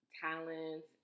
talents